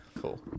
cool